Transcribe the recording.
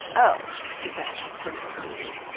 oh, she says, turning to me.